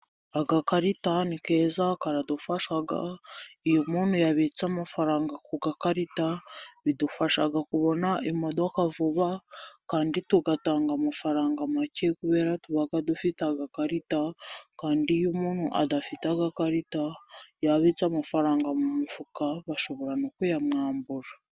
AGakarita NI keza karadufasha. Iyo umuntu yabitse amafaranga ku gakarita bidufasha kubona imodoka vuba kandi tugatanga amafaranga make kubera tuba dufite agakarita kandi iyo umuntu adafite agarita yabitse amafaranga mu mufuka bashobora no kuyamwambura.